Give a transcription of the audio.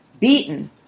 beaten